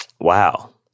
Wow